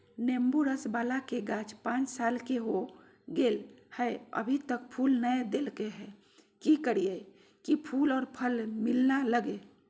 नेंबू रस बाला के गाछ पांच साल के हो गेलै हैं अभी तक फूल नय देलके है, की करियय की फूल और फल मिलना लगे?